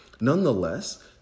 Nonetheless